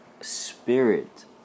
spirit